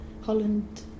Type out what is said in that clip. Holland